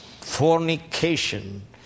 fornication